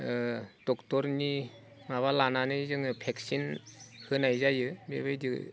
ड'क्टरनि माबा लानानै जोङो भेकसिन होनाय जायो बेबायदि